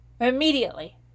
immediately